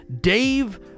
Dave